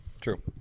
True